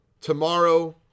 tomorrow